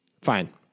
Fine